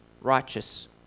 righteous